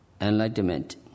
enlightenment